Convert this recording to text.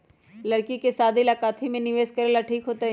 लड़की के शादी ला काथी में निवेस करेला ठीक होतई?